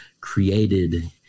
created